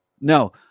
No